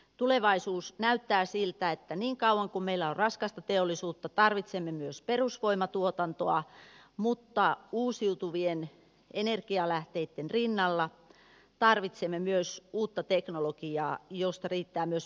tulevaisuus näyttää siltä että niin kauan kuin meillä on raskasta teollisuutta tarvitsemme myös perusvoimatuotantoa mutta uusiutuvien energialähteitten rinnalla tarvitsemme myös uutta teknologiaa josta riittää myös vientituotteeksi